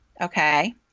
okay